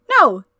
No